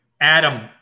Adam